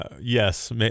Yes